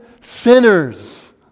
sinners